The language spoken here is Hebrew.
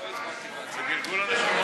מה את אומרת על